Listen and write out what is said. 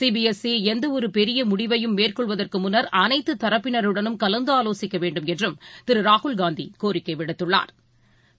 CP S சிஎந்தவொருபெரியமுடிவையும் மேற்கொள்வதற்குமுன்னா் அனைத்துரப்பினருடனும் கலந்தாலோசிக்கவேண்டும் என்றும் திருராகுல் காந்திகோரிக்கைவிடுத்துள்ளாா்